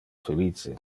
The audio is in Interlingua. felice